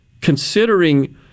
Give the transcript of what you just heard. Considering